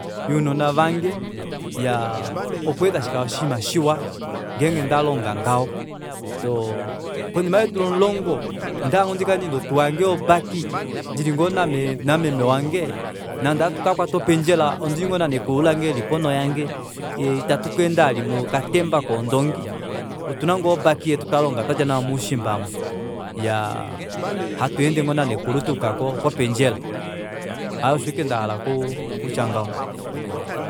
Younona vange iyaa opo ashike tashikala oshinima shiwa ngenge ndalonga ngaho iyoo konima yeedula omulongo ondahala ngoo ndikale ndina otuwa yange yo baki ndili ngoo na meme wange nande ohatu kakwata opendjela ondili ngoo nanekulu lange eli ponho yange ita tukaenda vali mokatemba koondongi otuna ngoo obaki yetu yetu twalonga twadja nayo moushiimba amu iyaa hatweende ngoo nanekulu twayuka kopendjela aaye osho ashike ndahala okutya ngaho